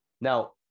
now